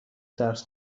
درس